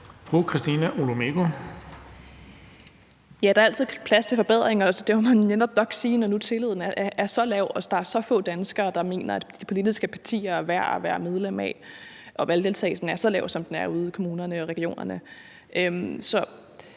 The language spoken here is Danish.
der er altid plads til forbedringer. Det må man netop nok sige, når nu tilliden er så lav og der er så få danskere, der mener, at de politiske partier er værd at være medlem af, og når valgdeltagelsen er så lav, som den er ude i kommunerne og regionerne.